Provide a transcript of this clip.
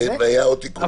זה והיה עוד תיקון אחרון.